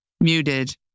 muted